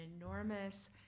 enormous